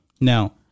Now